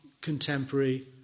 contemporary